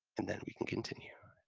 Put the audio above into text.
and then we can continue.